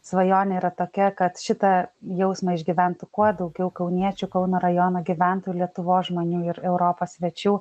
svajonė yra tokia kad šitą jausmą išgyventų kuo daugiau kauniečių kauno rajono gyventojų lietuvos žmonių ir europos svečių